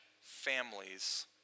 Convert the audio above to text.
families